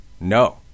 no